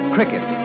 Cricket